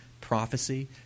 prophecy